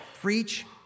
Preach